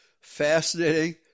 fascinating